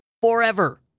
forever